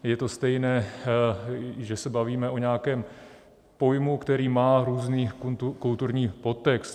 Je to stejné, že se bavíme o nějakém pojmu, který má různý kulturní podtext.